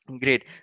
Great